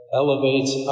elevates